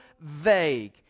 vague